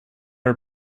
her